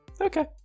Okay